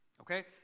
Okay